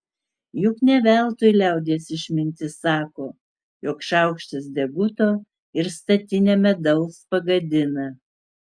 juk ne veltui liaudies išmintis sako jog šaukštas deguto ir statinę medaus pagadina